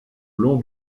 long